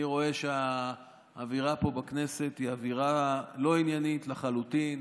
אני רואה שהאווירה פה בכנסת היא אווירה לא עניינית לחלוטין.